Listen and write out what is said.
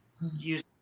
use